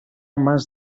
más